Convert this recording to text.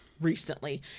recently